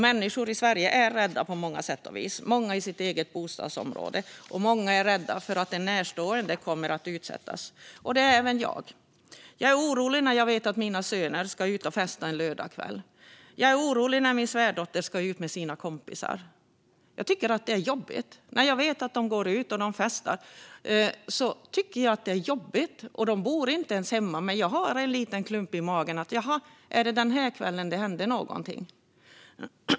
Människor i Sverige är rädda på många sätt och vis, många i sitt eget bostadsområde. Och många är rädda för att närstående kommer att utsättas, även jag. Jag är orolig när jag vet att mina söner ska ut och festa en lördagskväll, och jag är orolig när min svärdotter ska ut med sina kompisar. När jag vet att de går ut och festar tycker jag att det är jobbigt. De bor inte ens hemma, men jag har en liten klump i magen - är det den här kvällen det ska hända något?